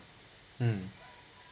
mm